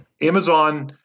Amazon